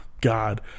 God